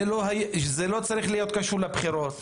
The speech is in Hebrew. זה לא צריך להיות קשור לבחירות,